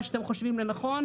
מה שאתם חושבים לנכון,